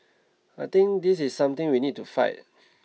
I think this is something we need to fight